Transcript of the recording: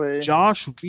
Josh